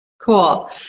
cool